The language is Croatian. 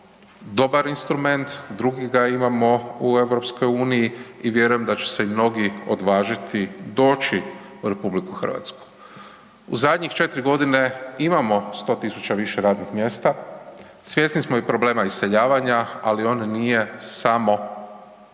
dobar instrument, drugi ga imamo u EU i vjerujem da će se mnogi odvažiti doći u RH. U zadnjih 4 godina imamo 100.000 više radnih mjesta, svjesni smo i problema iseljavanja ali on nije samo problem